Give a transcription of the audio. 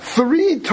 three